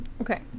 Okay